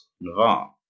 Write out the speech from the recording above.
Navarre